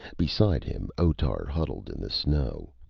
beside him, otar huddled in the snow.